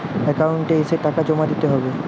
Account এসে টাকা জমা দিতে হবে?